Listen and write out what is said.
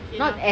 okay lah